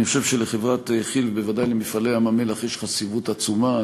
אני חושב שלחברת כי"ל ובוודאי ל"מפעלי ים-המלח" יש חשיבות עצומה.